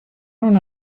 don’t